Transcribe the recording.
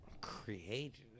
created